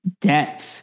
depth